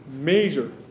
Major